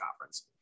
conference